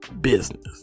business